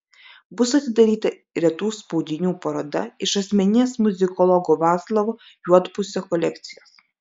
bus atidaryta retų spaudinių paroda iš asmeninės muzikologo vaclovo juodpusio kolekcijos